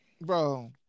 bro